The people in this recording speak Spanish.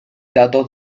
datos